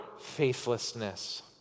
faithlessness